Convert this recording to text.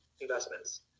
investments